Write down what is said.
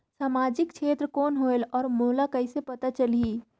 समाजिक क्षेत्र कौन होएल? और मोला कइसे पता चलही?